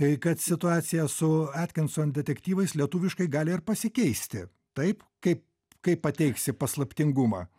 tai kad situacija su atkinson detektyvais lietuviškai gali ir pasikeisti taip kaip kaip pateiksi paslaptingumą